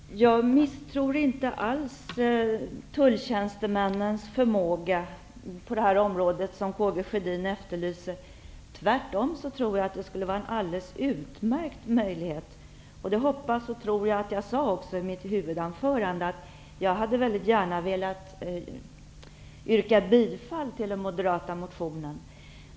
Herr talman! Jag misstror inte alls tulltjänstemännens förmåga på det här området. Tvärtom tror jag att den möjlighet som Karl Gustaf Sjödin efterlyser skulle vara alldeles utmärkt. Jag hoppas och tror att jag också sade i mitt huvudanförande att jag väldigt gärna skulle ha velat yrka bifall till den moderata motionen.